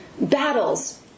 battles